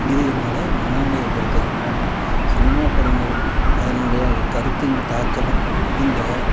இது என்னோட மனநிலையை பொறுத்து ஆனால் சினிமா படங்கள் அதனுலைவாக கருத்தின் தாக்கம் இந்த